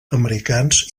americans